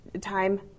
Time